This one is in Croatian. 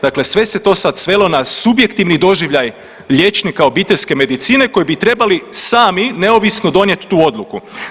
Dakle, sve se to sad svelo na subjektivni doživljaj liječnika obiteljske medicine koji bi trebali sami neovisno donijeti tu odluku.